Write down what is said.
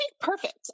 Perfect